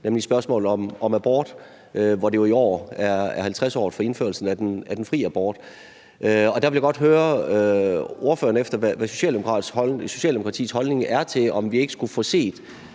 nemlig spørgsmålet om abort, hvor det jo i år er 50-året for indførelsen af den fri abort. Og der vil jeg godt høre ordføreren om, hvad Socialdemokratiets holdning er til, om vi ikke skulle få set